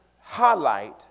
highlight